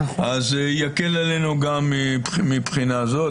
זה גם יקל עלינו מבחינה זאת.